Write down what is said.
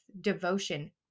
devotion